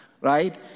right